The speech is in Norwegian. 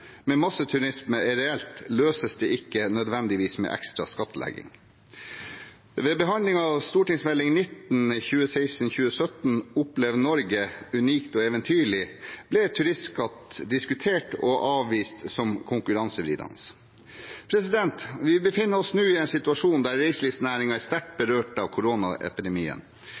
med masseturisme er reelt, løses det ikke nødvendigvis med ekstra skattlegging. Ved behandlingen av Meld. St. 19 for 2016–2017, «Opplev Norge – unikt og eventyrlig», ble turistskatt diskutert og avvist som konkurransevridende. Vi befinner oss nå i en situasjon der reiselivsnæringen er sterkt berørt av